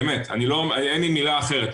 אין לי מילה אחרת,